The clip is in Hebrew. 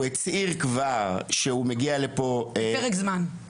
הוא הצהיר כבר שהוא מגיע לכאן לפרק זמן,